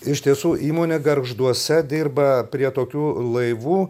iš tiesų įmonė gargžduose dirba prie tokių laivų